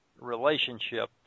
relationship